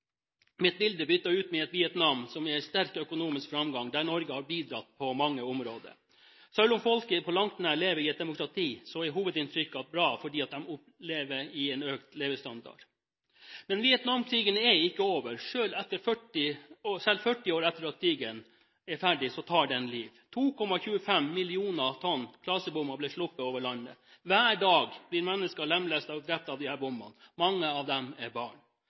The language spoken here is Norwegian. mitt bilde byttet ut med et Vietnam som er i sterk økonomisk framgang, der Norge har bidratt på mange områder. Selv om folket på langt nær lever i et demokrati, er hovedinntrykket bra fordi de opplever en økt levestandard. Men Vietnamkrigen er ikke over. Selv 40 år etter krigen tar den liv. 2,25 mill. tonn klasebomber ble sluppet over landet. Hver dag blir mennesker lemlestet og drept av disse bombene, og mange av dem er barn.